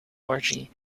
orgy